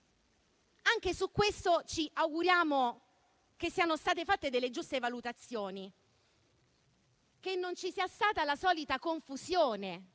Anche su questo ci auguriamo che siano state fatte delle giuste valutazioni e che non ci sia stata la solita confusione,